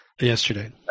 Yesterday